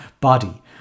body